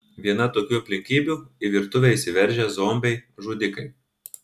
viena tokių aplinkybių į virtuvę įsiveržę zombiai žudikai